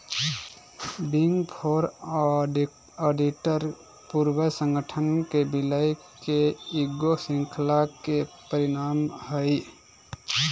big four auditor पूर्वज संगठन के विलय के ईगो श्रृंखला के परिणाम हइ